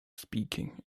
speaking